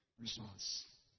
response